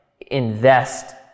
invest